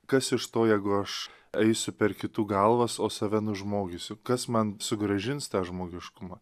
kas iš to jeigu aš eisiu per kitų galvas o save nužmogysiu kas man sugrąžins tą žmogiškumą